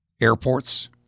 Airports